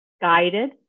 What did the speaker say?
guided